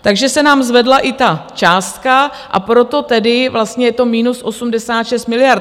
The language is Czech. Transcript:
Takže se nám zvedla i ta částka, a proto tedy je to vlastně minus 86 miliard.